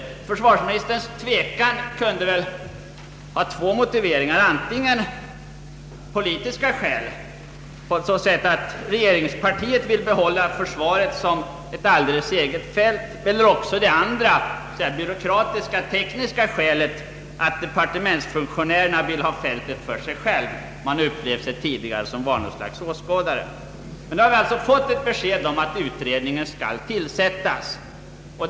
Försvarsministerns tvekan kunde ha två motiveringar: antingen det politiska skälet att regeringspartiet ville behålla försvaret som ett eget fält, eller också det byråkratiska tekniska skälet att de partementsfunktionärerna vill ha fältet för sig själva. Nu har vi alltså fått ett besked om att en utredning skall tillsättas.